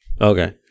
Okay